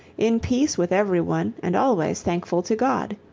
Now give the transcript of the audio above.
in peace with everyone and always thankful to god.